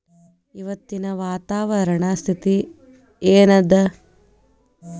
ಇವತ್ತಿನ ವಾತಾವರಣ ಸ್ಥಿತಿ ಏನ್ ಅದ?